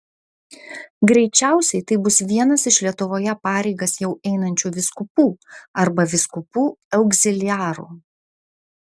greičiausiai tai bus vienas iš lietuvoje pareigas jau einančių vyskupų arba vyskupų augziliarų